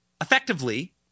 effectively